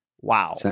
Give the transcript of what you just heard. Wow